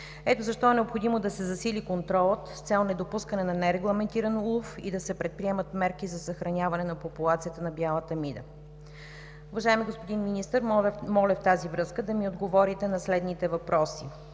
Ето защо е необходимо да се засили контролът с цел недопускане на нерегламентиран улов и да се предприемат мерки за съхраняване на популацията на бялата мида. Уважаеми господин Министър, моля в тази връзка да ми отговорите на следните въпроси: